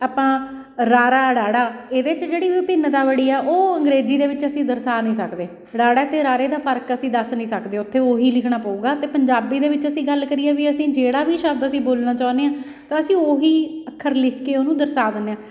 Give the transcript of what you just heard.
ਆਪਾਂ ਰਾਰਾ ੜਾੜਾ ਇਹਦੇ 'ਚ ਜਿਹੜੀ ਵਿਭਿੰਨਤਾ ਬੜੀ ਆ ਉਹ ਅੰਗਰੇਜ਼ੀ ਦੇ ਵਿੱਚ ਅਸੀਂ ਦਰਸਾ ਨੀ ਸਕਦੇ ੜਾੜਾ ਤੇ ਰਾਰੇ ਦਾ ਫਰਕ ਅਸੀਂ ਦੱਸ ਨਹੀਂ ਸਕਦੇ ਉੱਥੇ ਉਹੀ ਲਿਖਣਾ ਪਊਗਾ ਅਤੇ ਪੰਜਾਬੀ ਦੇ ਵਿੱਚ ਅਸੀਂ ਗੱਲ ਕਰੀਏ ਵੀ ਅਸੀਂ ਜਿਹੜਾ ਵੀ ਸ਼ਬਦ ਅਸੀਂ ਬੋਲਣਾ ਚਾਹੁੰਦੇ ਹਾਂ ਤਾਂ ਅਸੀਂ ਉਹੀ ਅੱਖਰ ਲਿਖ ਕੇ ਉਹਨੂੰ ਦਰਸਾ ਦਿੰਦੇ ਹਾਂ